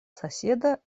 соседа